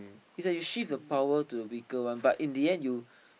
it's like you shift the power to the weaker one but in the end you